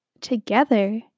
together